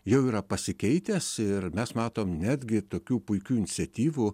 jau yra pasikeitęs ir mes matom netgi tokių puikių iniciatyvų